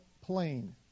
plane